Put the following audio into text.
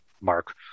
mark